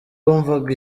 wumvaga